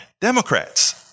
Democrats